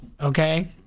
Okay